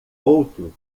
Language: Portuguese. outro